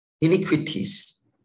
iniquities